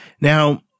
Now